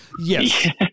Yes